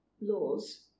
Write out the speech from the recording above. laws